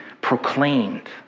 proclaimed